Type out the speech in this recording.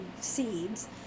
seeds